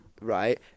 right